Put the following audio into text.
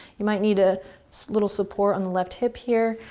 you might need a little support on the left hip, here.